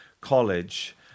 college